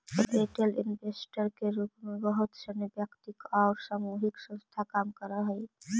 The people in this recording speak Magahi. रिटेल इन्वेस्टर के रूप में बहुत सनी वैयक्तिक आउ सामूहिक संस्था काम करऽ हइ